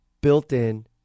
built-in